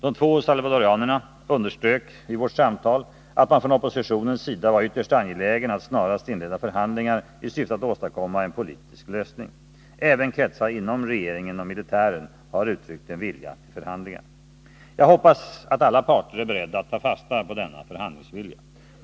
De två salvadoranerna underströk vid vårt samtal att man från oppositionens sida var ytterst angelägen att snarast inleda förhandlingar i syfte att åstadkomma en politisk lösning. Även kretsar inom regeringen och militären har uttryckt en vilja till förhandlingar. Jag hoppas att alla parter är beredda att ta fasta på denna förhandlingsvilja.